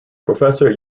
professor